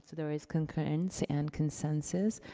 there is concurrence and consensus.